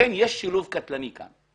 לכן יש שילוב קטלני כאן.